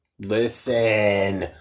Listen